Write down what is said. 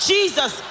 Jesus